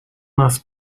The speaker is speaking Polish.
nas